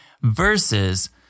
versus